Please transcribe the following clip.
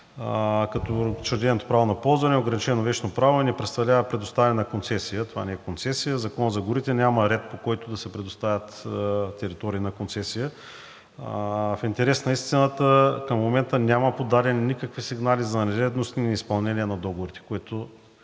Като учреденото право на ползване е ограничено вещно право и не представлява предоставяне на концесия, това не е концесия. В Закона за горите няма ред, по който да се предоставят територии на концесия. В интерес на истината, към момента няма подадени никакви сигнали за нередности и неизпълнение на договорите, което